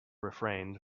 refrained